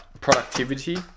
productivity